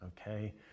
okay